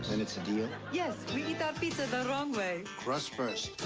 then it's a deal? yes, we eat our pizza the wrong way. crust first.